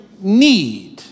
need